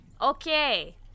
Okay